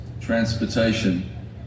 transportation